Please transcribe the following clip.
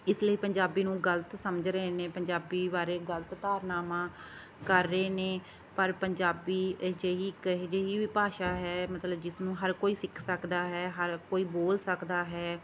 ਇਸ ਲਈ ਪੰਜਾਬੀ ਨੂੰ ਗਲਤ ਸਮਝ ਰਹੇ ਨੇ ਪੰਜਾਬੀ ਬਾਰੇ ਗਲਤ ਧਾਰਨਾਵਾਂ ਕਰ ਰਹੇ ਨੇ ਪਰ ਪੰਜਾਬੀ ਅਜਿਹੀ ਇੱਕ ਅਜਿਹੀ ਵੀ ਭਾਸ਼ਾ ਹੈ ਮਤਲਬ ਜਿਸਨੂੰ ਹਰ ਕੋਈ ਸਿੱਖ ਸਕਦਾ ਹੈ ਹਰ ਕੋਈ ਬੋਲ ਸਕਦਾ ਹੈ